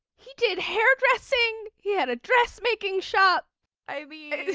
he did hairdressing. he had a dressmaking shop i mean,